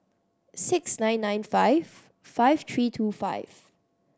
six nine nine five five three two five